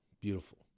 Beautiful